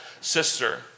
sister